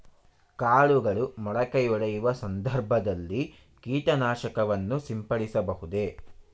ಕಾಳುಗಳು ಮೊಳಕೆಯೊಡೆಯುವ ಸಂದರ್ಭದಲ್ಲಿ ಕೀಟನಾಶಕವನ್ನು ಸಿಂಪಡಿಸಬಹುದೇ?